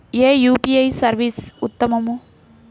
ఏ UPI service ఉత్తమము?